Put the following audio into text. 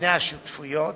בדיני השותפויות,